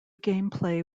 gameplay